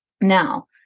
now